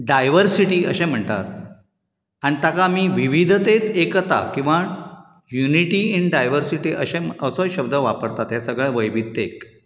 diversity अशें म्हणटात आनी ताका आमी विविधतेंत एकता किंवां युनिटी इन डायवरसिटी असोय शब्द वापरतात हो सगळो वैविधतेक